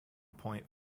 point